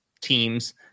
teams